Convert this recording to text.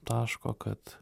taško kad